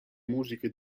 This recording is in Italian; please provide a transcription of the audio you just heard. musiche